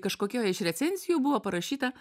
kažkokioj iš recenzijų buvo parašyta